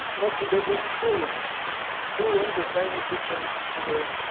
not two bedrooms, two rooms. um two rooms, a tiny kitchen and a